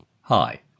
Hi